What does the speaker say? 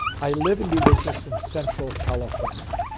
i live and do business in central california.